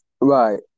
Right